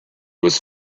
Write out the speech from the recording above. was